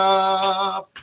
up